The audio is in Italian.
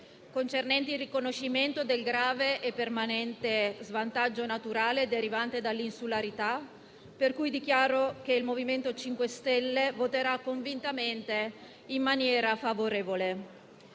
concernente il riconoscimento del grave e permanente svantaggio naturale derivante dall'insularità, sul quale dichiaro che il MoVimento 5 Stelle voterà convintamente in maniera favorevole.